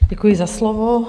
Děkuji za slovo.